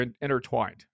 intertwined